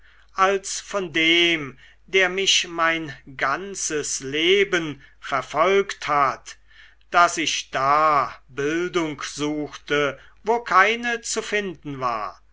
als von dem der mich mein ganzes leben verfolgt hat daß ich da bildung suchte wo keine zu finden war